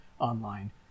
online